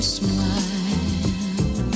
smile